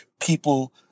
people